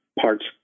parts